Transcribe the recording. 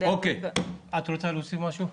את רוצה להוסיף משהו?